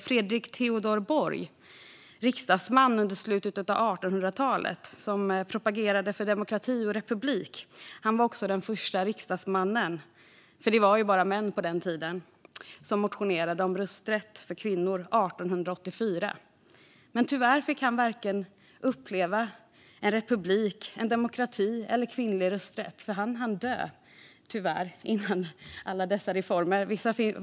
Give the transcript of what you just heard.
Fredrik Theodor Borg, som var riksdagsman under slutet av 1800-talet och propagerade för demokrati och republik, var också den förste riksdagsmannen - för det var ju bara män på den tiden - som motionerade om rösträtt för kvinnor. Det gjorde han 1884, men tyvärr fick han inte uppleva vare sig republik, demokrati eller rösträtt för kvinnor. Han hann tyvärr dö innan dessa reformer kom.